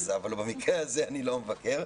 אבל במקרה הזה אני לא מבקר.